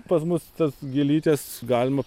pas mus tas gėlytes galima